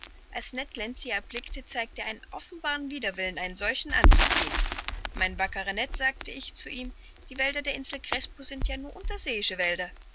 als ned land sie erblickte zeigte er einen offenbaren widerwillen einen solchen anzuziehen mein wackerer ned sagte ich zu ihm die wälder der insel crespo sind ja nur unterseeische wälder